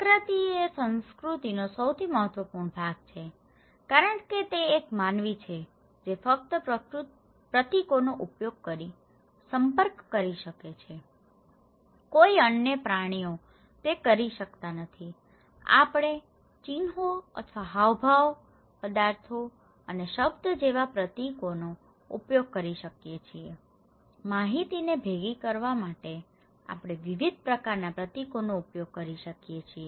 પ્રતીક એ સંસ્કૃતિનો સૌથી મહત્વપૂર્ણ ભાગ છે કારણ કે તે એક માનવી છે જે ફક્ત પ્રતીકોનો ઉપયોગ કરીને સંપર્ક કરી શકે છે કોઈ અન્ય પ્રાણીઓ તે કરી શકતા નથી આપણે ચિહ્નો અથવા હાવભાવ પદાર્થો અને શબ્દો જેવા પ્રતીકોનો ઉપયોગ કરી શકીએ છીએ માહિતીને ભેગી કરવા માટે આપણે વિવિધ પ્રકારના પ્રતીકોનો ઉપયોગ કરી શકીએ છીએ